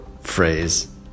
phrase